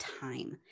time